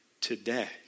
today